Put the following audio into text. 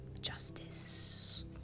Justice